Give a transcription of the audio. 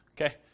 Okay